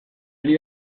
ari